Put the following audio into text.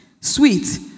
Sweet